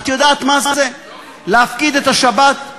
את יודעת מה זה להפקיד את השבת?